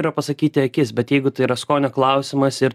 yra pasakyti akis bet jeigu tai yra skonio klausimas ir